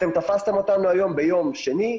אתם תפסתם אותנו היום ביום שני.